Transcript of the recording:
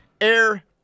Air